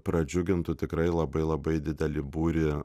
pradžiugintų tikrai labai labai didelį būrį